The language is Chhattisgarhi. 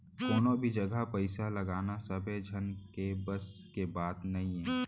कोनो भी जघा पइसा लगाना सबे झन के बस के बात नइये